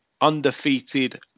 undefeated